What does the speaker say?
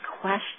question